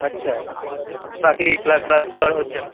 আচ্ছা বাকি ক্লাসগুলো আর হচ্ছে না